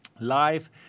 live